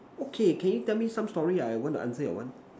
okay can you tell me some story I want to answer your one